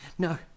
No